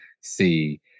see